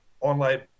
online